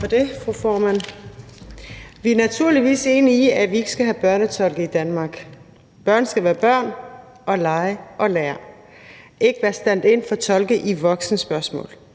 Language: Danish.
Vi er naturligvis enige i, at vi ikke skal have børnetolke i Danmark. Børn skal være børn og lege og lære – de skal ikke være standin for tolke i voksenspørgsmål.